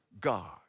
God